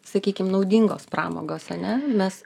sakykim naudingos pramogos ane mes